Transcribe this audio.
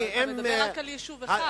אתה מדבר רק על יישוב אחד.